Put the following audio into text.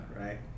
right